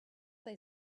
they